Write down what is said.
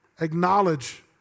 acknowledge